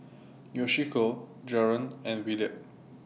Yoshiko Jaren and Williard